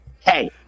hey